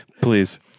Please